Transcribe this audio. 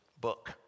book